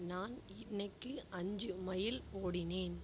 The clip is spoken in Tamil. நான் இன்னைக்கு அஞ்சு மைல் ஓடினேன்